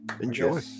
enjoy